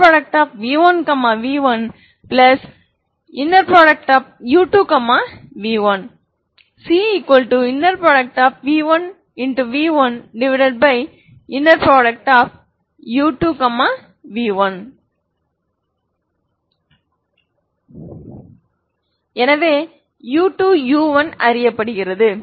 0 v1 v1u2 v1 ⇒ c v1 v1u2 v1 எனவே u2 u1 அறியப்படுகிறது